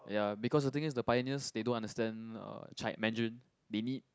ya because the thing is the pioneers they don't understand uh Mandarin they need